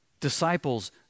Disciples